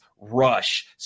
Rush